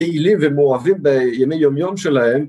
פעילים ומואבים בימי יומיום שלהם